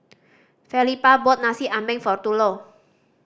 Felipa brought Nasi Ambeng for Thurlow